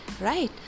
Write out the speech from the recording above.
Right